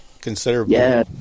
considerably